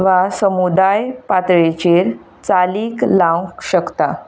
वा समुदाय पातळेचेर चालीक लावंक शकता